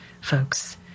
folks